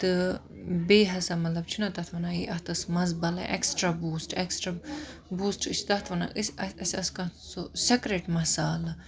تہٕ بیٚیہِ ہَسا مَطلَب چھِ نا تَتھ وَنان ہے اتھ ٲس مَزٕ بَلاے ایٚکسٹرا بوٗسٹ ایٚکسٹرا بوٗسٹ چھِ تَتھ وَنان أسۍ اَسہِ آسہِ کانٛہہ سُہ سیٚکرِٹ مَسالہٕ